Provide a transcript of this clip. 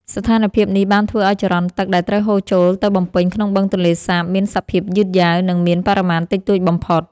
ស្ថានភាពនេះបានធ្វើឱ្យចរន្តទឹកដែលត្រូវហូរចូលទៅបំពេញក្នុងបឹងទន្លេសាបមានសភាពយឺតយ៉ាវ និងមានបរិមាណតិចតួចបំផុត។